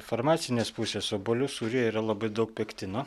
farmacinės pusės obuolių sūryje yra labai daug pektino